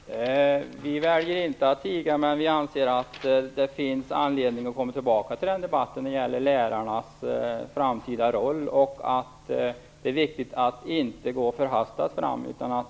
Herr talman! Vi väljer inte att tiga, men vi anser att det finns anledning att komma tillbaka till debatten om lärarnas framtida roll. Det är viktigt att inte gå förhastat fram.